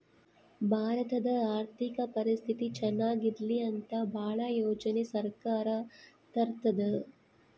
ಭಾರತದ ಆರ್ಥಿಕ ಪರಿಸ್ಥಿತಿ ಚನಾಗ ಇರ್ಲಿ ಅಂತ ಭಾಳ ಯೋಜನೆ ಸರ್ಕಾರ ತರ್ತಿದೆ